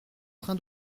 train